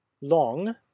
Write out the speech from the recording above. long